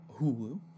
Hulu